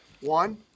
One